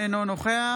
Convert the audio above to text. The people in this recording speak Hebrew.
אינו נוכח